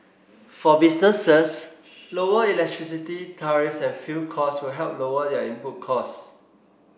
for businesses lower electricity tariffs and fuel costs will help lower their input costs